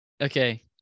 Okay